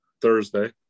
Thursday